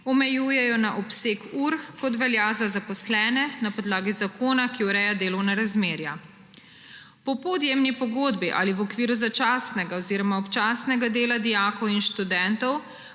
omejujejo na obseg ur, kot velja za zaposlene na podlagi zakona, ki ureja delovna razmerja. Po podjemni pogodbi ali v okviru začasnega oziroma občasnega dela dijakov in študentov